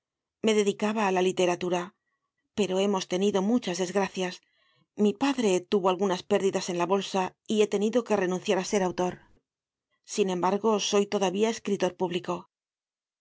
me dedicaba á la literatura pero hemos tenido muchas desgracias mi padre tuvo algunas pérdidas en la bolsa y he tenido que renunciar á ser autor sin embargo soy todavía escritor público